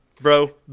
bro